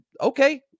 okay